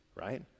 right